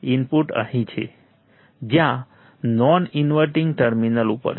input અહીં છે જ્યાં નોન ઇન્વર્ટિંગ ટર્મિનલ ઉપર છે